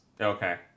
Okay